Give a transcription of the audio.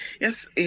Yes